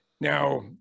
Now